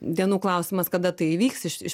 dienų klausimas kada tai įvyks iš